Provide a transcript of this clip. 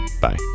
Bye